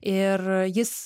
ir jis